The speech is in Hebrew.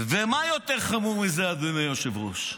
ומה יותר חמור מזה, אדוני היושב-ראש?